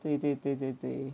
对对对对对